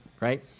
right